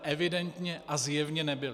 Evidentně a zjevně nebyli.